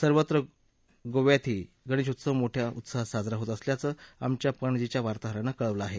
सर्वत्र गोव्यातही ही गणेशउत्सव मोठ्या उत्साहात साजरा होत असल्याचं आमच्या पणजीच्या वार्ताहारांनं कळवलं आहे